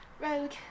rogue